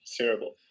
terrible